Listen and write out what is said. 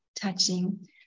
touching